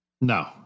No